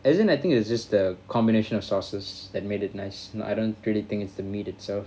as in I think is just the combination of sauces that made it nice n~ I don't really think it's the meat itself